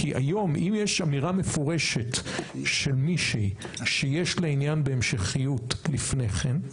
כי היום אם יש אמירה מפורשת של מישהי שיש לה עניין בהמשכיות לפני כן,